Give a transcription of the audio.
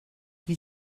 you